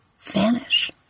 vanish